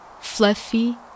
fluffy